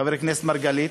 חבר הכנסת מרגלית,